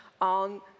on